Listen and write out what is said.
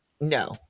no